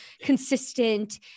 consistent